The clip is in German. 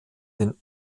den